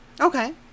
Okay